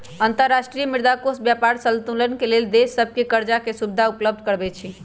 अंतर्राष्ट्रीय मुद्रा कोष व्यापार संतुलन के लेल देश सभके करजाके सुभिधा उपलब्ध करबै छइ